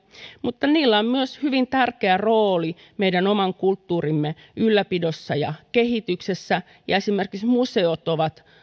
mutta niillä on myös hyvin tärkeä rooli meidän oman kulttuurimme ylläpidossa ja kehityksessä ja esimerkiksi museot ovat